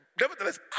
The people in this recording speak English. nevertheless